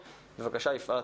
בבקשה, יפעת,